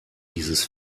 dieses